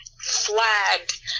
flagged